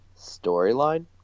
storyline